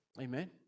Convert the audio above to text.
Amen